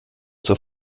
zur